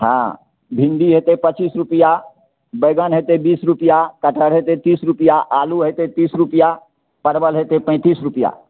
हाँ भिण्डी होयतै पचीस रुपिआ बैगन होयतै बीस रुपिआ कटहर होयतै तीस रुपिआ आलू होयतै तीस रुपिआ परवल होयतै पैतीस रुपिआ